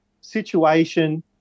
situation